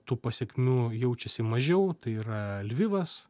tų pasekmių jaučiasi mažiau tai yra lvivas